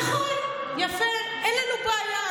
נכון, יפה, אין לנו בעיה.